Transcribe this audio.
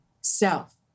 self